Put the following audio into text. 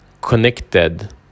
connected